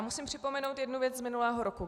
Musím připomenout jednu věc z minulého roku.